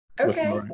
Okay